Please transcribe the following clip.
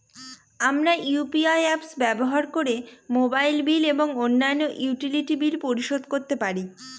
আমরা UPI apps ব্যবহার করে মোবাইল বিল এবং অন্যান্য ইউটিলিটি বিল পরিশোধ করতে পারি